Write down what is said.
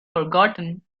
forgotten